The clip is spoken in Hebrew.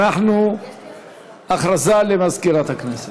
הודעה למזכירת הכנסת.